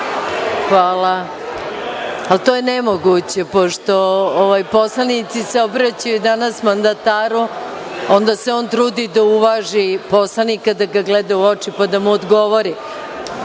hvala. To je ne moguće, pošto ovaj poslanici se obraćaju danas mandataru, onda se on trudi da uvaži poslanika, da ga gleda u oči, pa da mu odgovori.